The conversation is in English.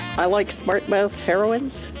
i like smart mouth heroines.